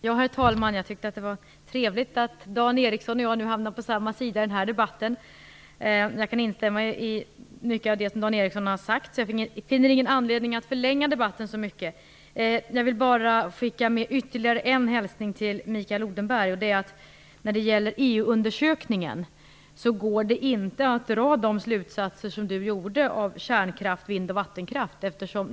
Herr talman! Jag tyckte att det var trevligt att Dan Ericsson och jag hamnade på samma sida i den här debatten. Jag kan instämma i mycket av det som han sade, så jag finner ingen anledning att förlänga debatten särskilt mycket. Jag vill bara skicka ytterligare en hälsning till Mikael Odenberg. Det går inte att dra de slutsatser som Mikael drog av EU-undersökningen vad gäller kärnkraft, vind och vattenkraft.